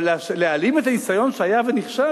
אבל להעלים את הניסיון שהיה ונכשל,